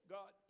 God